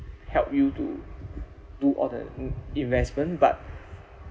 help you to do all the in~ investment but